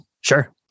Sure